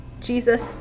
jesus